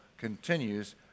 continues